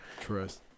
Trust